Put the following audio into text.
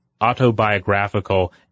autobiographical